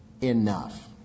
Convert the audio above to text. enough